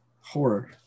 horror